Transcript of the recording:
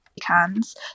cans